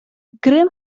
grim